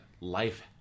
life